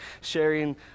sharing